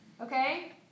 Okay